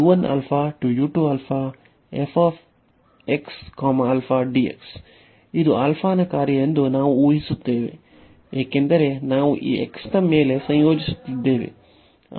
ಇದು α ನ ಕಾರ್ಯ ಎಂದು ನಾವು ಊಹಿಸುತ್ತೇವೆ ಏಕೆಂದರೆ ನಾವು ಈ x ನ ಮೇಲೆ ಸಂಯೋಜಿಸುತ್ತಿದ್ದೇವೆ